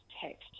text